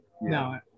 no